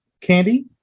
candy